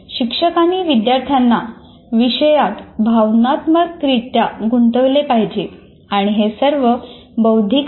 शिक्षकांनी विद्यार्थ्यांना विषयात भावनात्मकरित्या गुंतवले पाहिजे आणि हे सर्व बौद्धिक नाही